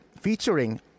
featuring